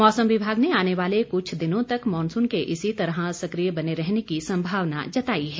मौसम विभाग ने आने वाले कुछ दिनों तक मॉनसून के इसी तरह सकिय बने रहने की संभावना जताई है